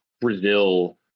Brazil